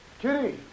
Kitty